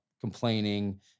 complaining